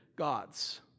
gods